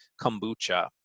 kombucha